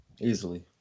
easily